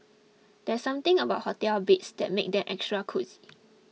there's something about hotel beds that makes them extra cosy